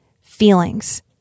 feelings